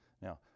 Now